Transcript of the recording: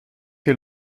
que